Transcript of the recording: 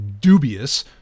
dubious